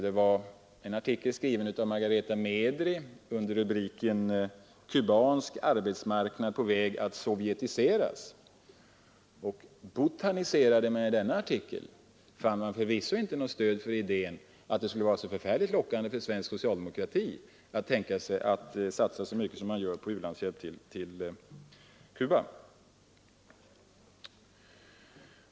Jag syftar på en artikel av Margareta Medri under rubriken Cubansk arbetsmarknad på väg att sovjetiseras. Botaniserar man i denna artikel, finner man förvisso inte något stöd för idén att det skulle vara så särskilt lockande för svensk socialdemokrati att satsa så mycket som sker på svensk u-landshjälp till Cuba.